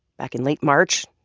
back in late march,